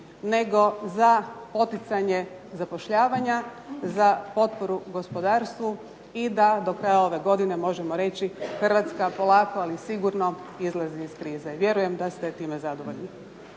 nego za poticanje zapošljavanja, za potporu gospodarstvu i da do kraja ove godine možemo reći Hrvatska polako, ali sigurno izlazi iz krize. I vjerujem da smo time zadovoljni.